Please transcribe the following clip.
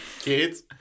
Kids